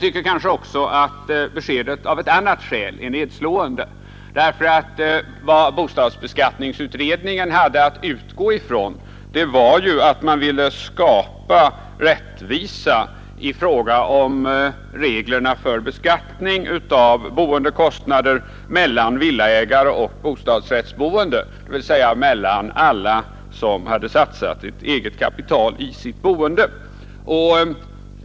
För det andra utgick bostadsbeskattningsutredningen från önskemålet om att i reglerna för beskattning av boendekostnader skapa rättvisa mellan villaägare och bostadsrättsboende, dvs. mellan alla som satsat ett eget kapital i sitt boende.